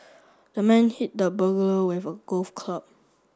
the man hit the burglar with a golf club